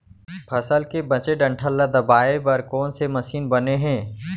फसल के बचे डंठल ल दबाये बर कोन से मशीन बने हे?